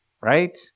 Right